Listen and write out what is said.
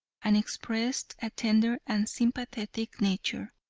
and expressed a tender and sympathetic nature.